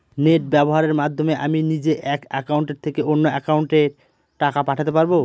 Net ব্যবহারের মাধ্যমে আমি নিজে এক অ্যাকাউন্টের থেকে অন্য অ্যাকাউন্টে টাকা পাঠাতে পারব?